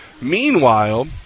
Meanwhile